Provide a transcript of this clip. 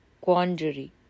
quandary